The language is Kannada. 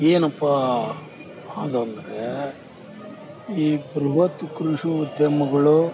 ಏನಪ್ಪ ಅದು ಅಂದರೆ ಈ ಬೃಹತ್ ಕೃಷಿ ಉದ್ಯಮಗಳು